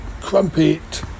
Crumpet